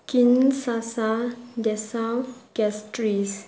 ꯀꯤꯟꯁꯥꯁꯥ ꯗꯦꯁꯥꯎ ꯀꯦꯁꯇ꯭ꯔꯤꯁ